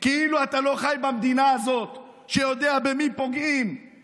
כאילו אתה לא חי במדינה הזאת ויודע במי פוגעים,